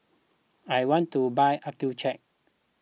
I want to buy Accucheck